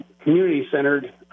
community-centered